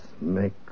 make